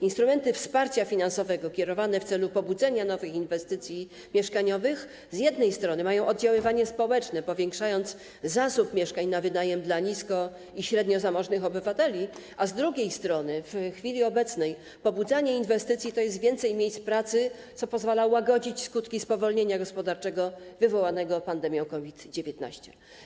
Instrumenty wsparcia finansowego kierowane w celu pobudzenia nowych inwestycji mieszkaniowych z jednej strony mają oddziaływać społecznie, powiększając zasób mieszkań na wynajem dla nisko- i średniozamożnych obywateli, a z drugiej strony w chwili obecnej mają pobudzać inwestycje, co oznacza więcej miejsc pracy i pozwala łagodzić skutki spowolnienia gospodarczego wywołanego pandemią COVID-19.